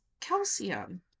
calcium